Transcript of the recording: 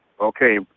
Okay